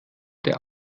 der